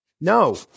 No